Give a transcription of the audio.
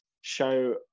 show